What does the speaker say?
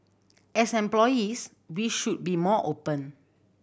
as employees we should be more open